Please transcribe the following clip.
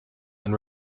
and